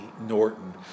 Norton